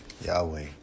Yahweh